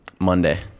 Monday